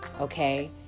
Okay